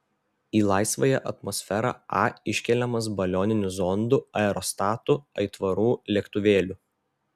į laisvąją atmosferą a iškeliamas balioninių zondų aerostatų aitvarų lėktuvėlių